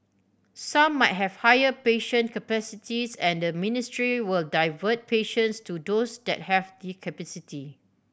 some might have higher patient capacity and the ministry will divert patients to those that have the capacity